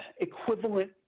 equivalent